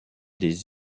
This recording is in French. des